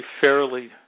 fairly